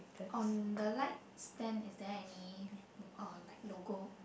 on the light stand is there any uh like logo